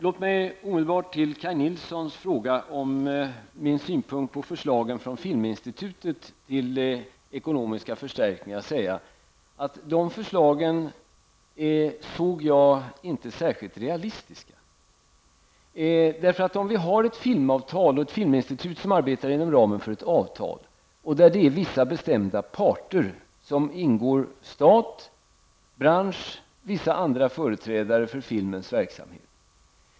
Herr talman! Kaj Nilsson frågade vad jag har för syn på de förslag till ekonomiska förstärkningar som Filminstitutet har fört fram. Jag såg inte dessa förslag som särskilt realistiska. Det finns ett filmavtal och ett filminstitut som arbetar inom ramen för ett avtal, vilket berör vissa bestämda parter, nämligen stat, bransch och vissa andra företrädare för filmens verksamhet.